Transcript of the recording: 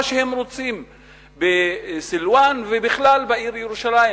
שהם רוצים בסילואן ובכלל בעיר ירושלים.